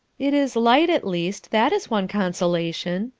it is light, at least that is one consolation.